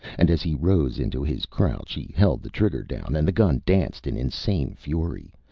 and as he rose into his crouch, he held the trigger down and the gun danced in insane fury,